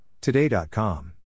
Today.com